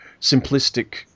simplistic